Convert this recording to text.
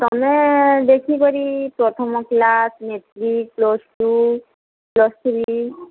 ତମେ ଦେଖି କରି ପ୍ରଥମ କ୍ଲାସ ମେଟ୍ରିକ ପ୍ଲସଟୁ ପ୍ଲସଥ୍ରୀ